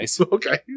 Okay